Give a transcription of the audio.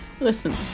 Listen